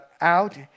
out